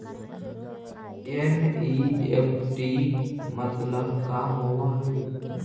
NEFT मतलब का होब हई?